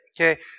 okay